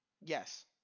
Yes